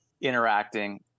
interacting